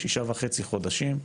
שישה וחצי חודשים,